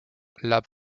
lab